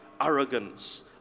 arrogance